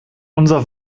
unser